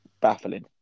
baffling